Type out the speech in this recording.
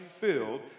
filled